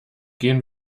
gehen